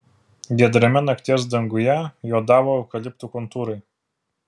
giedrame nakties danguje juodavo eukaliptų kontūrai